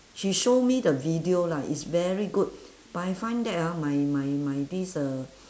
she show me the video lah it's very good but I find that ah my my my this uh